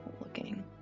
looking